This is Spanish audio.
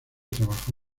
trabajó